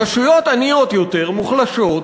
ברשויות עניות יותר, מוחלשות,